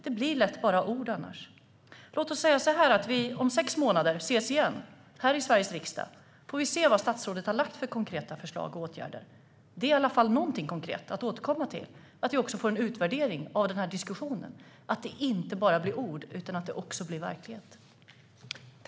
Det blir lätt bara det annars. Låt oss ses igen om sex månader här i Sveriges riksdag för att se vad statsrådet har lagt fram för konkreta förslag och åtgärder. Det är i alla fall något konkret att återkomma till. Det blir en utvärdering av denna diskussion så att det inte bara blir ord utan också verklighet.